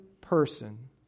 person